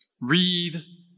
read